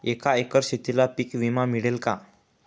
एका एकर शेतीला पीक विमा मिळेल का?